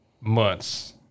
months